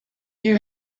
you